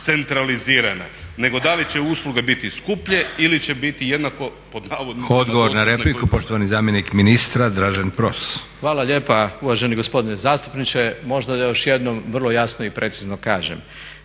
centralizirana, nego da li će usluge biti skuplje ili će biti jednako pod navodnicima …/Govornik se ne razumije./… **Leko, Josip (SDP)** Odgovor na repliku poštovani zamjenik ministra Dražen Pros. **Pros, Dražen** Hvala lijepa uvaženi gospodine zastupniče. Možda da još jednom vrlo jasno i precizno kažem.